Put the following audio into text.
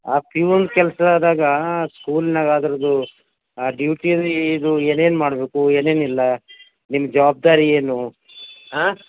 ಆ ಪ್ಯೂನ್ ಕೆಲಸದಾಗ ಸ್ಕೂಲ್ನಾಗೆ ಅದ್ರದು ಆ ಡ್ಯೂಟಿಗೆ ಇದು ಏನೇನು ಮಾಡಬೇಕು ಏನೇನು ಇಲ್ಲ ನಿಮ್ಮ ಜವಾಬ್ದಾರಿ ಏನು ಆಂ